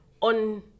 on